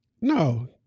no